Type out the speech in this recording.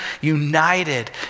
united